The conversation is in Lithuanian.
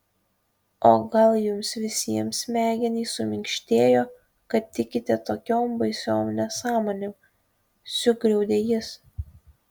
o gal jums visiems smegenys suminkštėjo kad tikite tokiom baisiom nesąmonėm sugriaudė jis